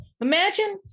imagine